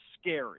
scary